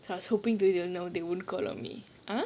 so I was hoping that you know they wouldn't call on me uh